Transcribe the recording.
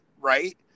right